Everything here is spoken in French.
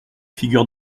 figure